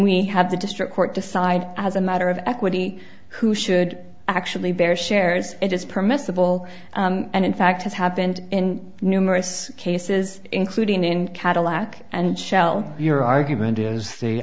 we have the district court decide as a matter of equity who should actually bear shares it is permissible and in fact has happened in numerous cases including in cadillac and shell your argument is the